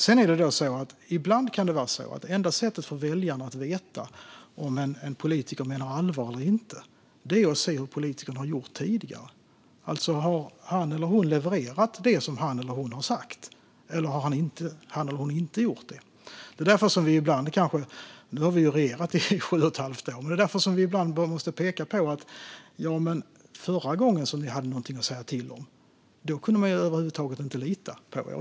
Sedan är det så att ibland kan enda sättet för väljarna att veta om en politiker menar allvar eller inte vara att se hur politikern har gjort tidigare. Har han eller hon levererat det som han eller hon har sagt, eller har han eller hon inte gjort det? Nu har vi regerat i sju och ett halvt år, men det är därför vi ibland måste peka på att förra gången ni hade något att säga till om kunde man över huvud taget inte lita på er.